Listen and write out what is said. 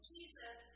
Jesus